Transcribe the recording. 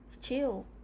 chill